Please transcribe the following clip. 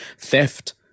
theft